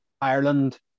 Ireland